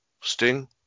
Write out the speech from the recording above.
Sting